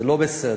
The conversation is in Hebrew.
זה לא בסדר.